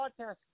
podcast